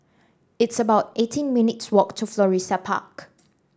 it's about eighteen minutes walk to Florissa Park